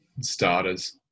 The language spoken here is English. starters